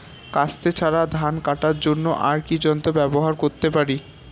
কাস্তে ছাড়া ধান কাটার জন্য আর কি যন্ত্র ব্যবহার করতে পারি?